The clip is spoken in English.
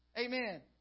Amen